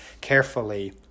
carefully